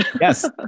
Yes